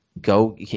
go